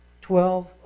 Twelve